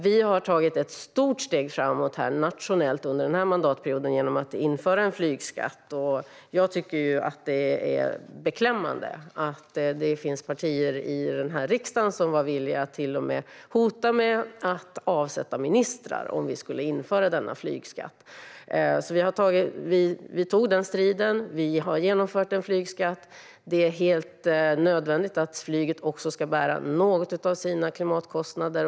Vi har under den här mandatperioden tagit ett stort steg framåt nationellt genom att vi har infört en flygskatt. Det är beklämmande att det finns partier i den här riksdagen som var villiga att till och med hota med att avsätta ministrar om denna flygskatt skulle införas. Vi tog den striden och har genomfört en flygskatt. Det är helt nödvändigt att flyget bär något av sina klimatkostnader.